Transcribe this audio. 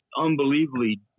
Unbelievably